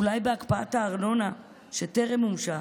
אולי בהקפאת הארנונה שטרם מומשה